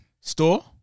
Store